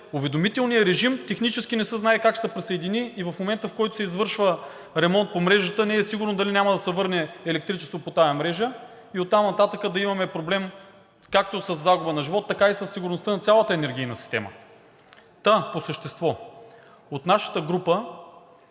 уведомителният режим технически не се знае как ще се присъедини и в момента, в който се извършва ремонт по мрежата, не е сигурно дали няма да се върне електричество по тази мрежа и оттам нататък да имаме проблем както със загуба на живот, така и със сигурността на цялата енергийна система.“ Та по същество. От нашата група